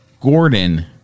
Gordon